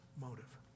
motive